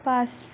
পাঁচ